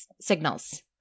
signals